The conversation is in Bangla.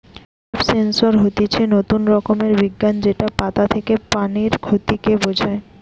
লিফ সেন্সর হতিছে নতুন রকমের বিজ্ঞান যেটা পাতা থেকে পানির ক্ষতি কে বোঝায়